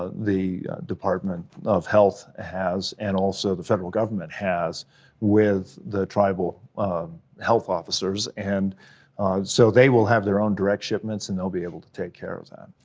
ah the department of health has, and also the federal government has with the tribal health officers. and so they will have their own direct shipments, and they'll be able to take care of that.